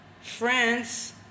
France